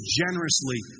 generously